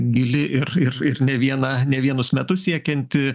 gili ir ir ir ne vieną ne vienus metus siekianti